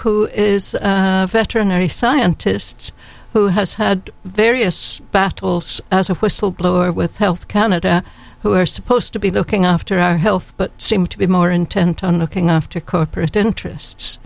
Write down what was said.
who is a veterinary scientists who has had various battles as a whistle blower with health canada who are supposed to be looking after our health but seem to be more intent on looking after corporate interests